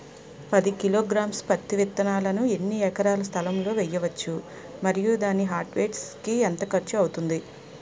పది కిలోగ్రామ్స్ పత్తి విత్తనాలను ఎన్ని ఎకరాల స్థలం లొ వేయవచ్చు? మరియు దాని హార్వెస్ట్ కి ఎంత ఖర్చు అవుతుంది?